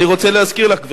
אני רוצה להזכיר לך, גברתי,